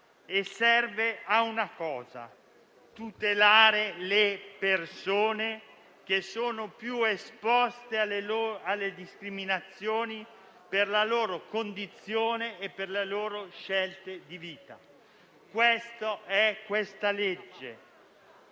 tutelare le persone che sono più esposte alle discriminazioni per la loro condizione e le loro scelte di vita. Questa è la legge